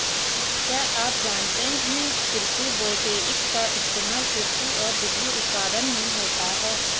क्या आप जानते है कृषि वोल्टेइक का इस्तेमाल कृषि और बिजली उत्पादन में होता है?